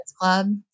club